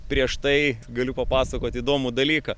prieš tai galiu papasakot įdomų dalyką